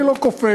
אני לא כופה,